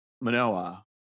Manoa